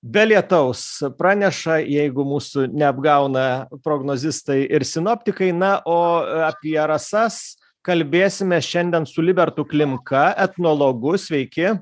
be lietaus praneša jeigu mūsų neapgauna prognozistai ir sinoptikai na o apie rasas kalbėsime šiandien su libertu klimka etnologu sveiki